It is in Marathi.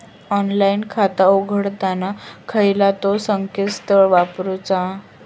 ऑनलाइन खाता उघडताना खयला ता संकेतस्थळ वापरूचा?